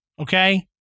okay